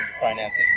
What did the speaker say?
finances